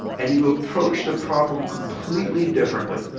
and you approach the problem completely differently.